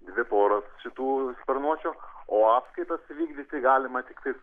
dvi poros šitų sparnuočių o apskaitas vykdyti galima tiktai